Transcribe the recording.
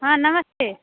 हाँ नमस्ते